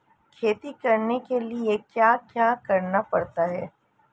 खेती करने के लिए क्या क्या करना पड़ता है?